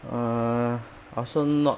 err I also not